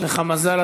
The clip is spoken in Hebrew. יש לך מזל,